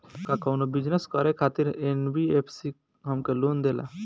का कौनो बिजनस करे खातिर एन.बी.एफ.सी हमके लोन देला?